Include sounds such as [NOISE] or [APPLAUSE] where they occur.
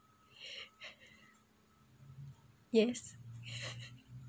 [LAUGHS] yes [LAUGHS]